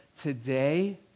Today